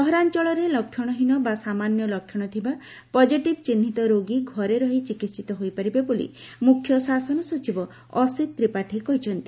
ସହରାଅଳରେ ଲକ୍ଷଣହୀନ ବା ସାମାନ୍ୟ ଲକ୍ଷଣ ଥିବା ପକିଟିଭ ଚିହ୍ବିତ ରୋଗୀ ଘରେ ରହି ଚିକିହିତ ହୋଇପାରିବେ ବୋଲି ମୁଖ୍ୟ ଶାସନ ସଚିବ ଅସିତ ତ୍ରିପାଠୀ କହିଛନ୍ତି